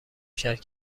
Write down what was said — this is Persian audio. کرد